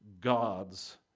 God's